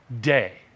day